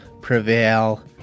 prevail